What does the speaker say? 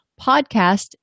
podcast